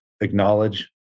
acknowledge